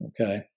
Okay